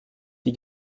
die